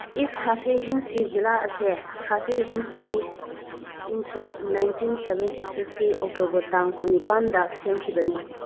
ꯏꯁ ꯈꯥꯁꯤ ꯍꯤꯜꯁꯀꯤ ꯖꯤꯜꯂꯥ ꯑꯁꯦ ꯈꯥꯁꯤ ꯍꯤꯜꯁꯇꯒꯤ ꯏꯪ ꯁꯣꯛ ꯅꯥꯏꯟꯇꯤꯟ ꯁꯕꯦꯟꯇꯤ ꯁꯤꯛꯁꯀꯤ ꯑꯣꯛꯇꯣꯕꯔ ꯇꯥꯡ ꯀꯨꯟꯅꯤꯄꯥꯜꯗ ꯁꯦꯝꯈꯤꯕꯅꯤ